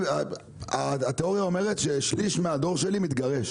התיאוריה אומרת ששליש מהדור שלי מתגרש.